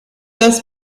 das